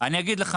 אני אענה לך